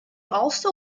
also